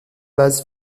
base